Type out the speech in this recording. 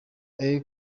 yaje